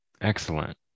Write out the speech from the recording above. Excellent